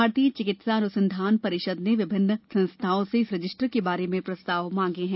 भारतीय चिकित्सा अनुसंधान परिषद ने विभिन्न संस्थाओं से इस रजिस्टर के बारे में प्रस्ताव मांगे हैं